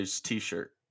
t-shirt